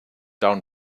down